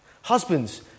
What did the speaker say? husbands